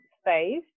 space